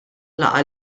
laqgħa